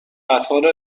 قطار